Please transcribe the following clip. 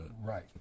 Right